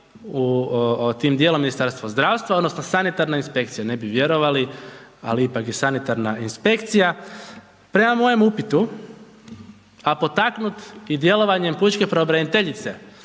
tim djelom u Ministarstvu zdravstva, odnosno sanitarna inspekcija, ne bi vjerovali ali ipak je sanitarna inspekcija. Prema mojem upitu, a potaknut i djelovanjem pučke pravobraniteljice,